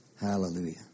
Hallelujah